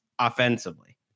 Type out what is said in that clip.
offensively